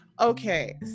Okay